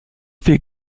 viel